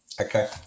Okay